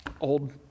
old